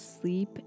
Sleep